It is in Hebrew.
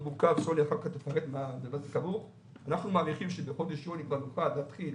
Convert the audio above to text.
אנחנו מעריכים שבחודש יולי תתחיל